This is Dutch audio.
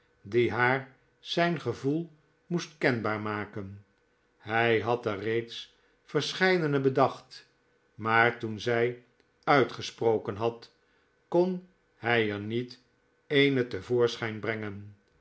die haar zijn gevoel moest kenbaar maken hij had er reeds verscheidene bedacht maar toen zij uitgesproken had kon hij er niet eene te voorschyn brengen